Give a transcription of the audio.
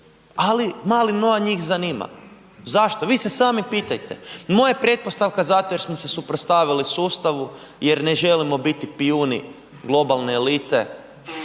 ali mali Noa njih zanima. Zašto? Vi se sami pitajte, moja pretpostavka zato jer smo se suprotstavili sustavu jer ne želimo biti pijuni globalne elite